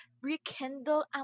rekindle